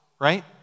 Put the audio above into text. right